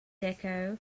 deco